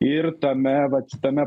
ir tame vat tame